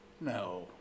no